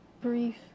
brief